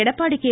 Edappadi K